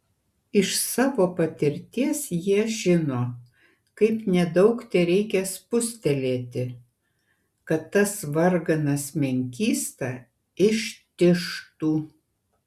iš savo patirties jie žino kaip nedaug tereikia spustelėti kad tas varganas menkysta ištižtų